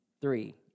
Three